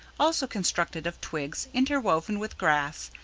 also constructed of twigs interwoven with grass,